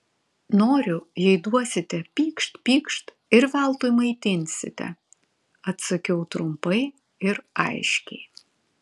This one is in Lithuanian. noriu jei duosite pykšt pykšt ir veltui maitinsite atsakiau trumpai ir aiškiai